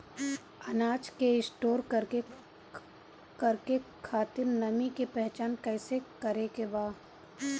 अनाज के स्टोर करके खातिर नमी के पहचान कैसे करेके बा?